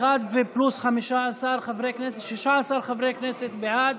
לפיכך אחד פלוס 15 חברי כנסת, 16 חברי כנסת בעד,